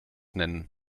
nennen